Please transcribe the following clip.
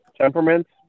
Temperaments